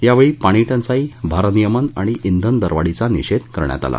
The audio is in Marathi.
यावेळी पाणीटंचाई भारनियमन आणि ब्रेन दरवाढीचा निषेध करण्यात आला